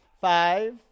Five